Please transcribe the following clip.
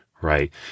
right